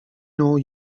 know